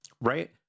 Right